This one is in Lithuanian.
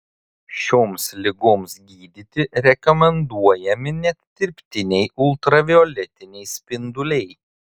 šioms ligoms gydyti rekomenduojami net dirbtiniai ultravioletiniai spinduliai